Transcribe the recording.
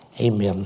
amen